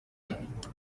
point